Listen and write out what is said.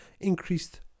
increased